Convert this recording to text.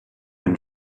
and